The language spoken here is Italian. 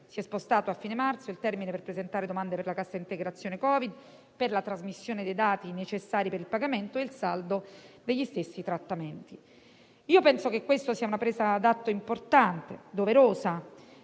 si è spostato a fine marzo il termine per presentare domande per la cassa integrazione Covid e per la trasmissione dei dati necessari per il pagamento e il saldo degli stessi trattamenti. Penso che questa sia una presa d'atto importante e doverosa